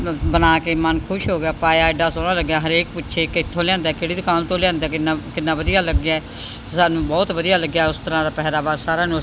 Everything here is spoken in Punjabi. ਬਣਾ ਕੇ ਮਨ ਖੁਸ਼ ਹੋ ਗਿਆ ਪਾਇਆ ਐਡਾ ਸੋਹਣਾ ਲੱਗਿਆ ਹਰੇਕ ਪੁੱਛੇ ਕਿੱਥੋਂ ਲਿਆਂਦਾ ਕਿਹੜੀ ਦੁਕਾਨ ਤੋਂ ਲਿਆਂਦਾ ਕਿੰਨਾ ਕਿੰਨਾ ਵਧੀਆ ਲੱਗਿਆ ਸਾਨੂੰ ਬਹੁਤ ਵਧੀਆ ਲੱਗਿਆ ਉਸ ਤਰ੍ਹਾਂ ਦਾ ਪਹਿਰਾਵਾ ਸਾਰਿਆਂ ਨੂੰ